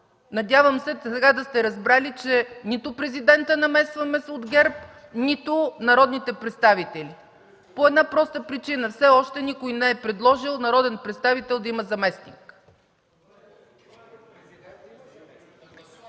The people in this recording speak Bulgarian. Надявам се сега да сте разбрали, че нито президента намесваме, нито народните представители, по една проста причина – все още никой не е предложил народен представител да има заместник.